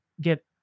get